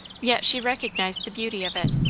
yet she recognised the beauty of it,